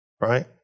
right